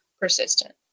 persistent